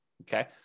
Okay